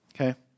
Okay